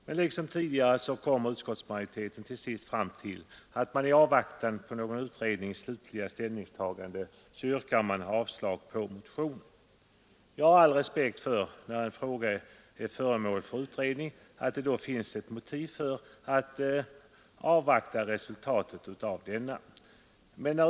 Men liksom tidigare kommer utskottsmajoriteten till sist fram till att i avvaktan på någon utrednings slutliga ställningstagande yrka avslag på motionen. Jag har all respekt för åsikten att när en fråga är föremål för utredning så finns ett motiv för att avvakta resultatet av utredningens arbete.